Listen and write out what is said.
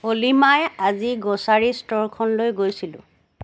অ'লিমাই আজি গ্ৰ'চাৰী ষ্ট'ৰখনলৈ গৈছিলোঁ